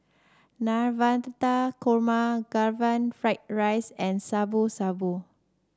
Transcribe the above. Navratan Korma Karaage Fried Rice and Shabu Shabu